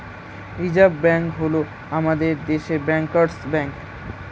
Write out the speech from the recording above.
reserve bank হল আমাদের দেশের ব্যাঙ্কার্স ব্যাঙ্ক